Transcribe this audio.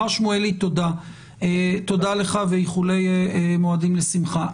מר שמואלי, תודה לך ואיחולי מועדים לשמחה.